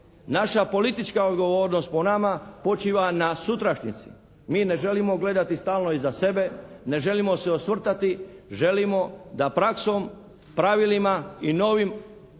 naša politička odgovornost po nama počiva na sutrašnjici. Mi ne želimo gledati stalno iza sebe, ne želimo se osvrtati. Želimo da praksom, pravilima i novim uređenjem